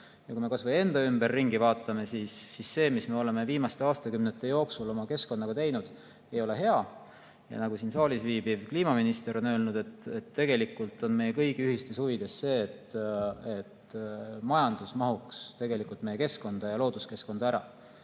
Kui me kas või enda ümber ringi vaatame, siis näeme, et see, mis me oleme viimaste aastakümnete jooksul oma keskkonnaga teinud, ei ole hea. Nagu siin saalis viibiv kliimaminister on öelnud, et meie kõigi ühistes huvides on see, et majandus mahuks meie keskkonda ja looduskeskkonda ära.